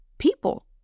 people